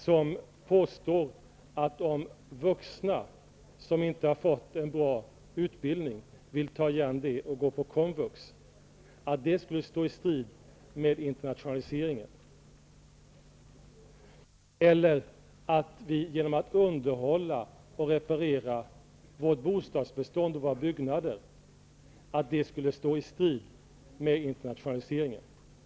Hon påstår att om vuxna som inte har fått en bra utbildning vill ta igen det och gå på komvux så står det i strid med internationaliseringen. Eller att underhålla och reparera vårt bostadsbestånd och våra byggnader skulle stå i strid med internationaliseringen.